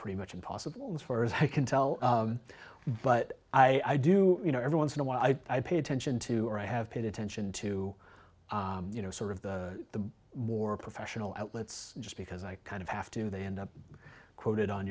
pretty much impossible as far as i can tell but i do you know every once in a while i pay attention to i have paid attention to you know sort of the more professional outlets just because i kind of have to they end up quoted on